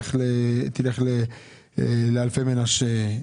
תלך לאלפי מנשה,